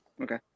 Okay